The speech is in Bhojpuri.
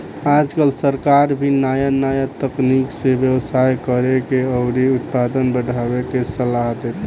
आजकल सरकार भी नाया नाया तकनीक से व्यवसाय करेके अउरी उत्पादन बढ़ावे के सालाह देता